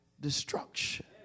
destruction